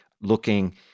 looking